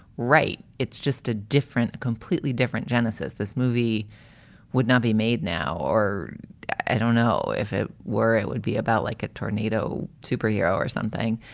right. it's just a different, completely different genesis. this movie would not be made now or i don't know if it were, it would be about like a tornado superhero or something.